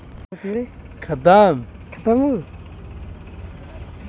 व्यवसाय परियोजना निवेश के पोर्टफोलियो के देखावे खातिर वित्तीय मॉडलिंग क जरुरत होला